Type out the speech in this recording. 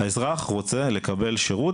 האזרח רוצה לקבל שירות.